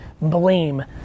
blame